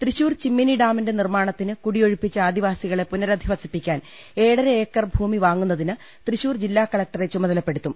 തൃശൂർ ചിമ്മിനി ഡാമിന്റെ നിർമ്മാണത്തിന് കുടിയൊഴിപ്പിച്ച ആദി വാസികളെ പുനരധിവസിപ്പിക്കാൻ ഏഴര ഏക്കർ ഭൂമി വാങ്ങുന്നതിന് തൃശൂർ ജില്ലാ കലക്ടറെ ചുമതലപ്പെടുത്തും